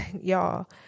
Y'all